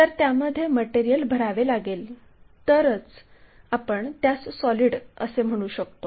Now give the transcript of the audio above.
तर त्यामध्ये मटेरिअल भरावे लागेल तरच आपण त्यास सॉलिड असे म्हणू शकतो